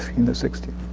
in the sixty